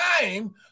time